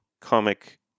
comic